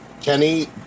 Kenny